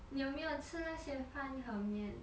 你有没有吃那些饭和面